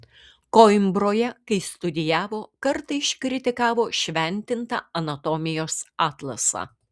koimbroje kai studijavo kartą iškritikavo šventintą anatomijos atlasą